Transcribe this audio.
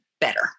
better